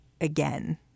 again